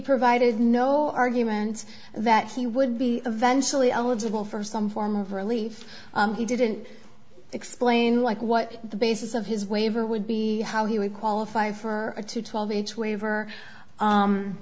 provided no argument that he would be eventually eligible for some form of relief he didn't explain like what the basis of his waiver would be how he would qualify for a two twelve age waiver